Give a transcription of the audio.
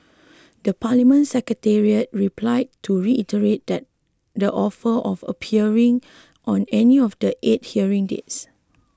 the Parliament Secretariat replied to reiterate that the offer of appearing on any of the eight hearing dates